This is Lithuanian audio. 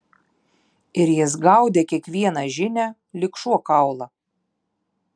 ir jis gaudė kiekvieną žinią lyg šuo kaulą